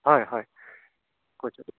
হয় হয়